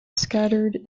scattered